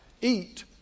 eat